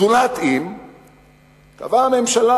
זולת אם קבעה הממשלה,